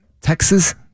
Texas